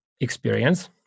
experience